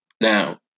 Now